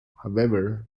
however